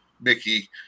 Mickey